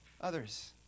Others